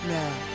now